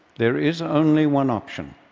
there is only one option,